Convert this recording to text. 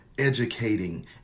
educating